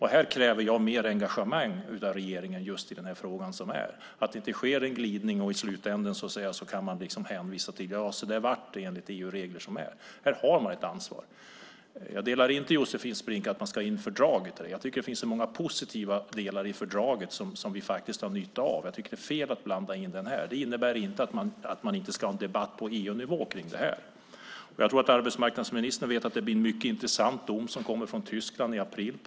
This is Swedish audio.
Här kräver jag mer engagemang av regeringen just för att det inte ska ske en glidning som innebär att man i slutändan säger att det blev som det blev enligt de EU-regler som finns. Här har regeringen ett ansvar. Jag delar inte Josefin Brinks åsikt att man ska ha in detta i fördraget. Det finns många positiva delar i fördraget, sådant som vi har nytta av, och då tycker jag att det är fel att blanda in det här. Det innebär inte att man inte ska föra en debatt i frågan på EU-nivå. Jag tror att arbetsmarknadsministern vet att det kommer en mycket intressant dom på detta område i Tyskland i april.